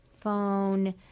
phone